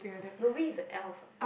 Louie is a elf ah